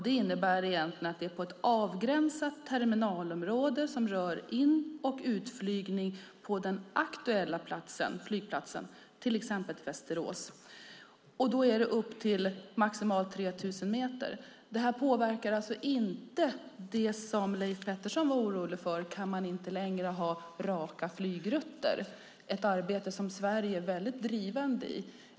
Det innebär att det är på ett avgränsat terminalområde som rör in och utflygning på den aktuella flygplatsen, till exempel Västerås, och det är upp till maximalt 3 000 meter. Det här påverkar alltså inte det som Leif Pettersson var orolig för - att man inte längre kan ha raka flygrutter, ett arbete där Sverige är väldigt drivande.